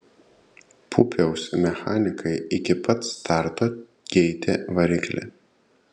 pupiaus mechanikai iki pat starto keitė variklį